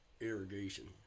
irrigation